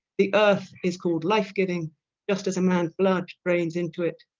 the earth is called life-giving just as a man's blood drains into it.